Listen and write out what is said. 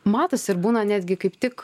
matosi ir būna netgi kaip tik